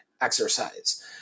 exercise